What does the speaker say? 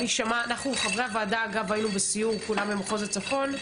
חברי הוועדה היו כולם בסיור במחוז הצפון,